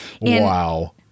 Wow